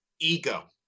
Ego